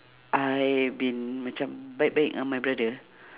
I been macam baik baik ngan my brother